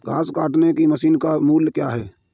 घास काटने की मशीन का मूल्य क्या है?